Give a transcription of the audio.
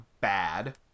bad